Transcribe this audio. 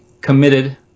committed